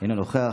אינו נוכח,